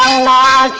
la